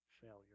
failure